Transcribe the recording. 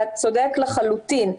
אתה צודק לחלוטין.